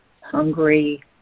hungry